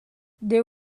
there